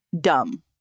dumb